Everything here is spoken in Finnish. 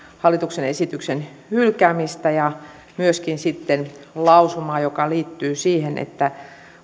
hallituksen esityksen hylkäämistä ja myöskin sitten lausumaa joka liittyy siihen että